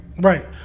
Right